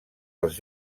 als